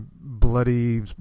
bloody